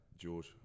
George